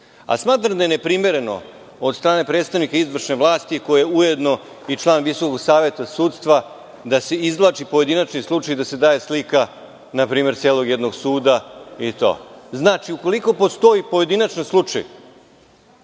Smatram da je neprimereno od strane predstavnika izvršne vlasti, koji je ujedno i član VSS, da se izvlači pojedinačni slučaj i da se daje slika, na primer, celog jednog suda. Znači, ukoliko postoji pojedinačni slučaj